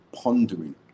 pondering